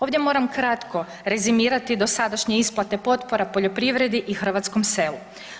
Ovdje moram kratko rezimirati dosadašnje isplate potpora poljoprivredi i hrvatskom selu.